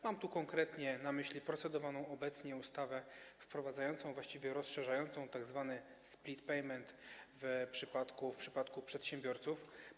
Mam tu konkretnie na myśli procedowaną obecnie ustawę wprowadzającą, a właściwie rozszerzającą tzw. split payment w przypadku przedsiębiorców.